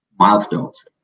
milestones